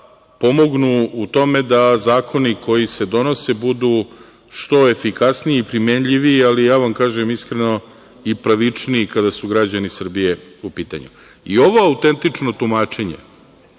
pomognu u tome da zakoni koji se donose budu što efikasniji i primenljiviji, ali ja vam kažem iskreno, i pravičniji, kad su građani Srbije u pitanju. Ovo autentično tumačenje